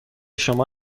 شما